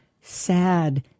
sad